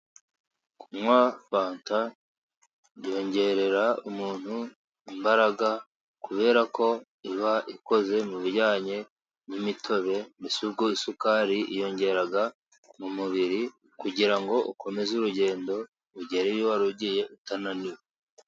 Kunywa fanta byongerera umuntu imbaraga, kubera ko iba ikoze mu bijyanye n'imitobe, isukari yiyongera mu mubiri, kugira ngo ukomeze urugendo, ugere iyo wari ugiye utananiwe.